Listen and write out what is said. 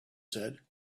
said